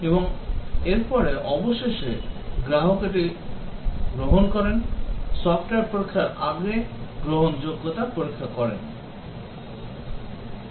এবং এর পরে অবশেষে গ্রাহক এটি গ্রহণ করেন সফ্টওয়্যার সরবরাহ করার আগে গ্রহণযোগ্যতা পরীক্ষা করেন